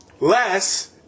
Less